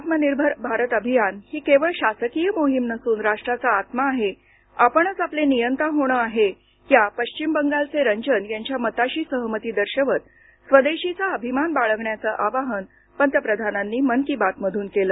आत्मनिर्भर भारत अभियान ही केवळ शासकीय मोहीम नसून राष्ट्राचा आत्मा आहे आपणच आपले नियंता होणं आहे या पश्चिम बंगालचे रंजन यांच्या मताशी सहमती दर्शवत स्वदेशीचा अभिमान बाळगण्याचं आवाहन पंतप्रधानांनी मन की बात मधून केलं